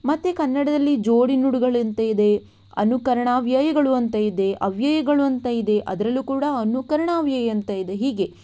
ಮತ್ತು ಕನ್ನಡದಲ್ಲಿ ಜೋಡಿ ನುಡಿಗಳು ಅಂತ ಇದೆ ಅನುಕರಣಾವ್ಯಯಗಳು ಅಂತ ಇದೆ ಅವ್ಯಯಗಳು ಅಂತ ಇದೆ ಅದರಲ್ಲೂ ಕೂಡ ಅನುಕರಣಾವ್ಯಯ ಅಂತ ಇದೆ ಹೀಗೆ